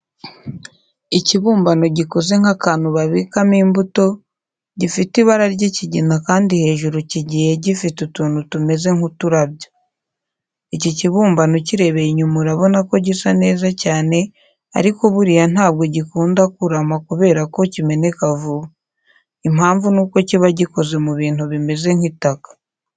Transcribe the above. Ikibumbano gikoze nk'akantu babikamo imbuto, gifite ibara ry'ikigina kandi hejuru kigiye gifite utuntu tumeze nk'uturabyo. Iki kibumbano ukirebeye inyuma urabona ko gisa neza cyane ariko buriya ntabwo gikunda kurama kubera ko kimeneka vuba. Impamvu nuko kiba gikoze mu bintu bimeze nk'itaka.